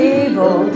evil